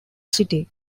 city